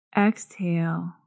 Exhale